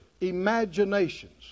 imaginations